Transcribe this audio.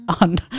on